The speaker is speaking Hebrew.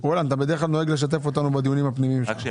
אחנו